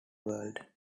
world